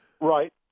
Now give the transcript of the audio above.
Right